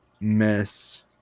miss